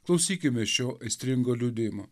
klausykime šio aistringo liudijimo